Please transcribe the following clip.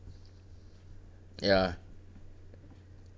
ya